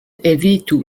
evitu